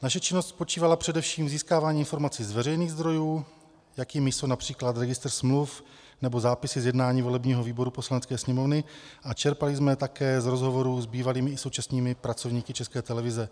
Naše činnost spočívala především v získávání informací z veřejných zdrojů, jakými jsou například registr smluv nebo zápisy z jednání volebního výboru Poslanecké sněmovny, a čerpali jsme také z rozhovorů s bývalými i současnými pracovníky České televize.